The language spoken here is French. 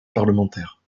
parlementaire